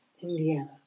Indiana